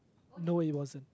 no it wasn't